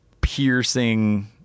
piercing